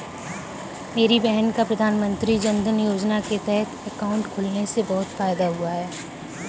मेरी बहन का प्रधानमंत्री जनधन योजना के तहत अकाउंट खुलने से बहुत फायदा हुआ है